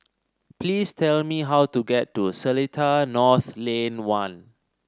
please tell me how to get to Seletar North Lane One